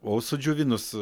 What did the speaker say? o sudžiovinus